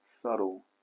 subtle